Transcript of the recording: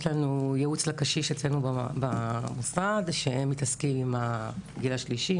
יש לנו ייעוץ לקשיש אצלנו במשרד שהם מתעסקים עם הגיל השלישי,